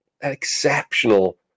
exceptional